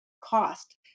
cost